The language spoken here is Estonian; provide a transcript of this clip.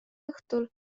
õhtul